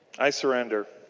i surrender.